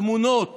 התמונות